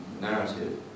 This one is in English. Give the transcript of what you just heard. narrative